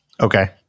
Okay